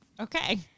Okay